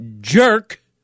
jerk